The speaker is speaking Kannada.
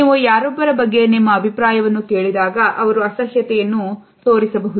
ನೀವು ಯಾರೊಬ್ಬರ ಬಗ್ಗೆ ನಿಮ್ಮ ಅಭಿಪ್ರಾಯವನ್ನು ಕೇಳಿದಾಗ ಅವರು ಅಸಹ್ಯತೆಯನ್ನು ತೋರಿಸಬಹುದು